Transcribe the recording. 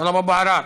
טלב אבו עראר,